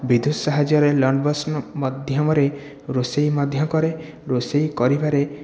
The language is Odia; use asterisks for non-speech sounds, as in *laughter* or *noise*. ବିଦ୍ୟୁତ ସାହାଯ୍ୟରେ *unintelligible* ମଧ୍ୟମରେ ରୋଷେଇ ମଧ୍ୟ କରେ ରୋଷେଇ କରିବାରେ